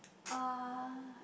uh